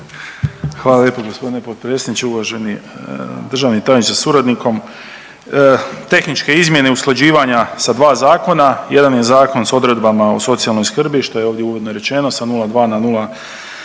Hvala lijepo g. potpredsjedniče, uvaženi državni tajniče sa suradnikom. Tehničke izmjene usklađivanja sa dva zakona, jedan je Zakon s odredbama o socijalnoj skrbi, što je ovdje uvodno i rečemo sa 0,2